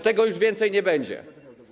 Tego już więcej nie będzie.